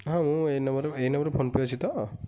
ହଁ ମୁଁ ଏଇ ନମ୍ବର୍ରେ ଏଇ ନମ୍ବର୍ରେ ଫୋନ୍ ପେ ଅଛି ତ